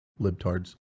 libtards